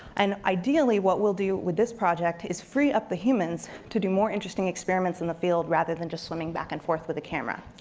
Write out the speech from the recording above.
and ideally what we'll do with this project is free up the humans to do more interesting experiments in the field, rather than just swimming back and forth with a camera.